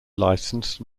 license